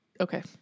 okay